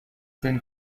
denn